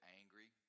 angry